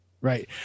right